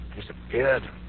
Disappeared